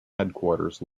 headquarters